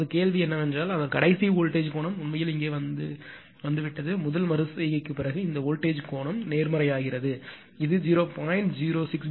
இப்போது கேள்வி என்னவென்றால் அந்த கடைசி வோல்டேஜ்க் கோணம் உண்மையில் இங்கே வந்துவிட்டது முதல் மறு செய்கைக்குப் பிறகு இந்த வோல்டேஜ் கோணம் நேர்மறையாகிறது ஏனெனில் இது 0